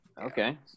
okay